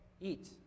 eat